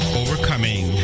overcoming